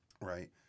Right